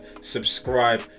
subscribe